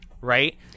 right